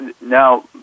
now